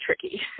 tricky